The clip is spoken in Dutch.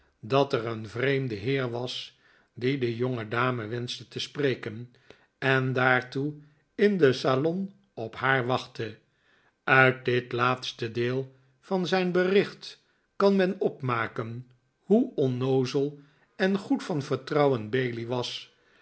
dat er een vreemde heer was die de jbngedame wenschte te spreken en daartoe in den salon op haar wachtte uit dit laatste deel van zijn bericht kan men opmaken hoe onnoozel en goed van vertrouwen bailey was